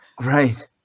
Right